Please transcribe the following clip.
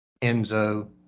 Enzo